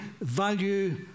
value